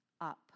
up